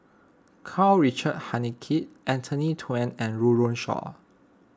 Karl Richard Hanitsch Anthony and Run Run Shaw